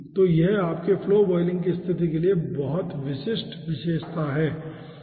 तो यह आपके फ्लो बॉयलिंग की स्थिति के लिए बहुत विशिष्ट विशेषता है